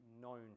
known